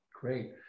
Great